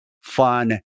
fun